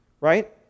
Right